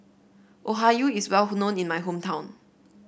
okayu is well known in my hometown